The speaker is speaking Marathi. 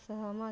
सहमत